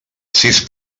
sis